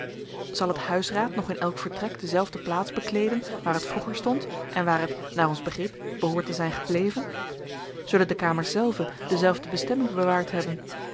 zal het huisraad nog in elk vertrek dezelfde plaats bekleeden waar het vroeger stond en waar het naar ons begrip behoort te zijn gebleven zullen de kamers zelve dezelfde bestemming bewaard hebben